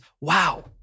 wow